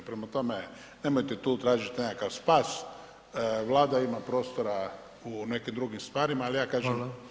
Prema tome nemojte tu tražiti nekakav spas, Vlada ima prostora u nekim drugim stvarima, ali ja kažem…